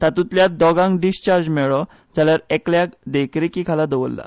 तांतूतल्या दोगांक डिस्चार्ज मेळलो जाल्यार एकल्याक देखरेखीखाला दवरला